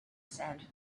said